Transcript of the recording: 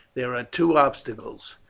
there are two obstacles.